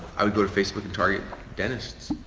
i would go to facebook and target dentists.